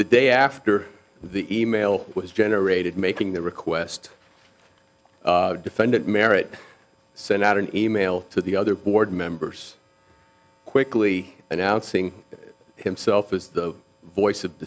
the day after the e mail was generated making the request defendant merritt sent out an email to the other board members quickly announcing himself as the voice of